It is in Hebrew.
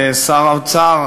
שר האוצר,